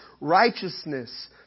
righteousness